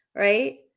right